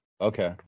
okay